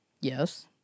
Yes